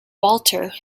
walter